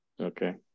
Okay